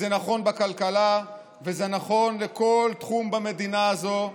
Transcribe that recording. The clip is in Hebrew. זה נכון בכלכלה וזה נכון לכל תחום במדינה הזאת,